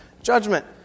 Judgment